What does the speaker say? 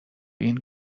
این